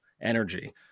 energy